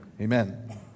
Amen